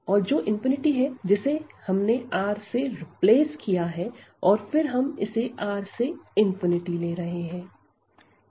तो यह b है जो है जिसे हमने R से रिप्लेस किया है और फिर हम इसे R से ले रहे हैं